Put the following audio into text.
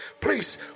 please